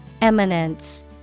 Eminence